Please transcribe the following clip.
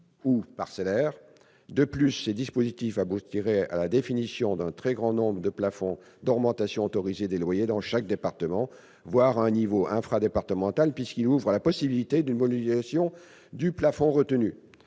ou parcellaires. Enfin, ils aboutiraient à la définition d'un très grand nombre de plafonds des loyers dans chaque département, voire à un niveau infradépartemental, puisqu'ils ouvrent la possibilité d'une modulation du plafond retenu.